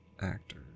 actor